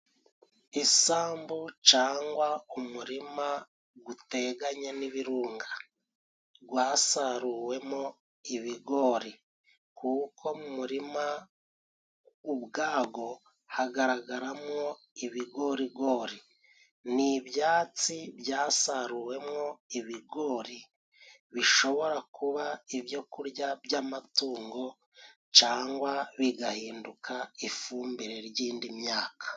Isambu cangwa umurima guteganye n'ibirunga gwasaruwemo ibigori kuko mu murima ubwagwo hagaragaramwo ibigorigori, ni ibyatsi byasaruwemwo ibigori, bishobora kuba ibyo kurya by'amatungo cangwa bigahinduka ifumbire ry'indi myaka.